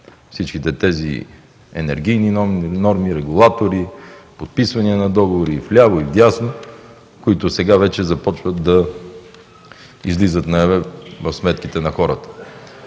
всички тези енергийни норми, регулатори, подписвания на договори отляво и отдясно, които сега вече започват да излизат наяве в сметките на хората.